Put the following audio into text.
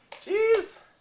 Cheers